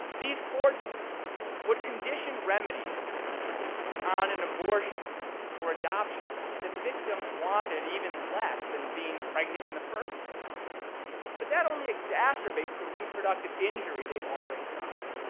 these courts would condition remedies on an abortion or adoption that victims wanted even less than being pregnant in the first place but that only exacerbates the reproductive injury they've already suffered.